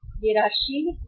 यह राशि रु